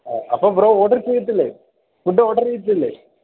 അ അപ്പോള് bro order ചെയ്യില്ലെ food order ചെയ്യില്ലെ